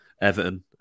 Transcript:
Everton